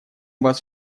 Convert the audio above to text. вас